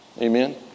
Amen